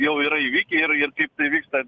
jau yra įvykę ir ir kaip tai vyksta